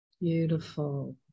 beautiful